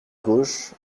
gauche